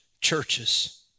churches